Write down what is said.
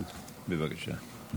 בבקשה.